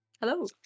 Hello